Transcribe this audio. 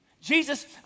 Jesus